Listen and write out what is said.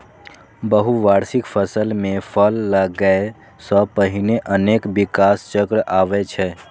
बहुवार्षिक फसल मे फल लागै सं पहिने अनेक विकास चक्र आबै छै